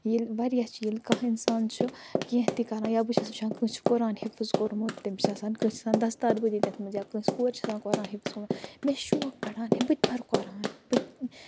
ییٚلہِ واریاہ چھِ ییٚلہِ کانٛہہ اِنسان چھُ کیٚنٛہہ تہِ کَران یا بہٕ چھَس وُچھان کٲنٛسہِ چھُ قُران حافِظ کوٚرمُت تٔمۍ چھُ آسان کٲنٛسہِ چھُ آسان دستار بنٛدی تتھ منٛز یا کٲنٛسہِ کورِ چھُ آسان قُران حافِظ کوٚرمُت مےٚ چھُ شوق بڈان بہٕ تہِ پرٕ قران بہٕ